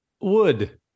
wood